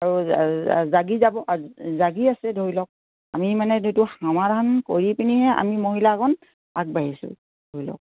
আৰু জাগি যাব জাগি আছে ধৰি লওক আমি মানে যিটো সমাধান কৰি পিনিহে আমি মহিলাসকল আগবাঢ়িছোঁ ধৰি লওক